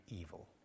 evil